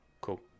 cool